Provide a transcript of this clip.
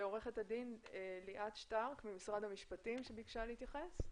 לעורכת הדין ליאת שטרק ממשרד המשפטים שביקשה להתייחס.